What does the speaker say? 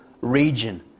region